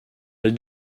elle